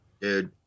dude